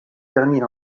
termine